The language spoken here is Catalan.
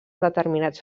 determinats